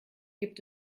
gibt